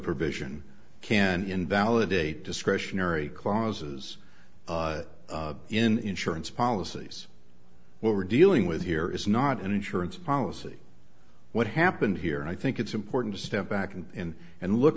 provision can invalidate discretionary clauses in insurance policies what we're dealing with here is not an insurance policy what happened here and i think it's important to step back in and